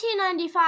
1995